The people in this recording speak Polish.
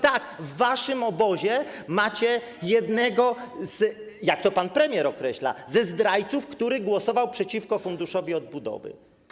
Tak, w waszym obozie macie jednego, jak to pan premier określa, ze zdrajców, który głosował przeciwko Funduszowi Odbudowy.